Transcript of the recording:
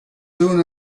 soon